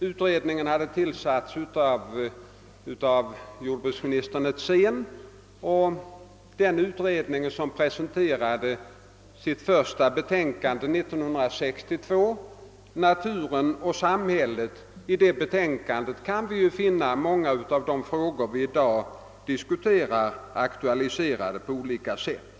Utredningen hade tillsatts av jordbruksminister Netzén, och i utredningens första betänkande »Naturen och samhället», som framlades 1962, kan vi finna många av de frågor vi i dag diskuterar aktualiserade på olika sätt.